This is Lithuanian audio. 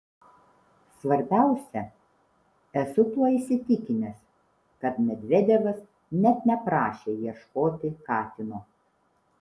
svarbiausia esu tuo įsitikinęs kad medvedevas net neprašė ieškoti katino